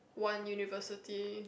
one university